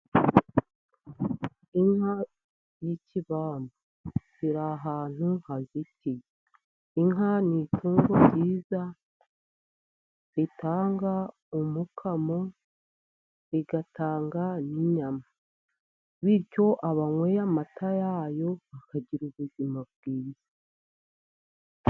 Inka y'ikibamba iri ahantu hazitiye. Inka ni itungo ryiza ritanga umukamo, rigatanga n'inyama. Bityo abanyweye amata yayo bakagira ubuzima bwiza.